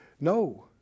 No